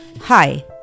Hi